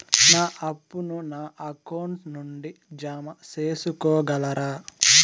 నా అప్పును నా అకౌంట్ నుండి జామ సేసుకోగలరా?